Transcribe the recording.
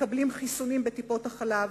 מקבלים חיסונים בטיפות-החלב,